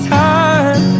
time